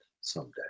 someday